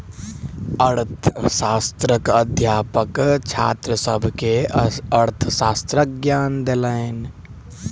अर्थशास्त्रक अध्यापक छात्र सभ के अर्थशास्त्रक ज्ञान देलैन